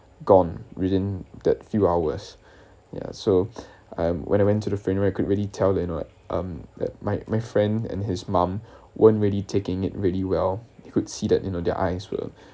gone within that few hours ya so I when I went to the funeral I could really tell you know um that my my friend and his mum weren't really taking it really well you could see in their eyes were